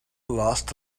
lost